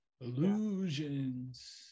illusions